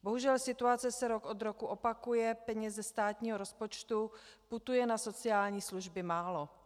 Bohužel situace se rok od roku opakuje, peněz ze státního rozpočtu putuje na sociální služby málo.